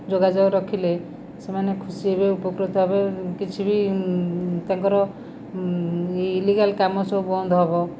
ଯୋଗାଯୋଗ ରଖିଲେ ସେମାନେ ଖୁସି ହେବେ ଉପକୃତ ହେବେ କିଛି ବି ତାଙ୍କର ଇଲିଗାଲ୍ କାମ ସବୁ ବନ୍ଦ ହେବ